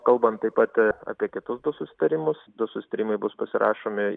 kalbant taip pat apie kitus du susitarimus du susitarimai bus pasirašomi